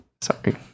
Sorry